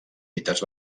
mites